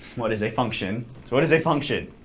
what is a function? so what is a function?